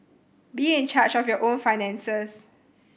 be in charge of your own finances